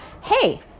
hey